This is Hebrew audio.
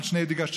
על שני דגשיו,